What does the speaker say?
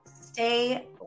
Stay